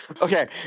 Okay